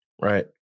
Right